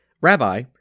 Rabbi